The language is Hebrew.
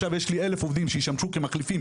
עכשיו יש לי כ-1,000 עובדים שישמשו כמחליפים,